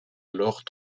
alors